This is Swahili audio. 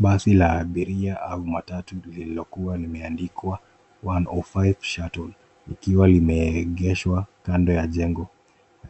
Basi la abiria au matatu lililo kuwa limeandikwa 105 shutle likiwa limeegeshwa kando ya jengo.